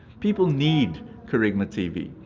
people need kerygma tv.